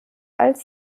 als